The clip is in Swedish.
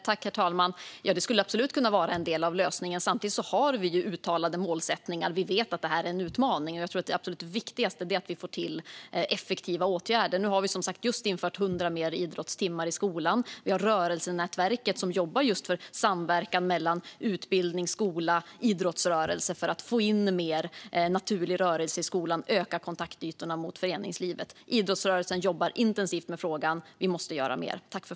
Herr talman! Det skulle absolut kunna vara en del av lösningen. Samtidigt har vi uttalade målsättningar. Vi vet att det här är en utmaning, och jag tror att det absolut viktigaste är att vi får till effektiva åtgärder. Nu har vi som sagt just infört 100 fler idrottstimmar i skolan. Vi har Rörelsenätverket som jobbar just för samverkan mellan utbildning, skola och idrottsrörelse för att få in mer naturlig rörelse i skolan och öka kontaktytorna mot föreningslivet. Idrottsrörelsen jobbar intensivt med frågan. Vi måste göra mer.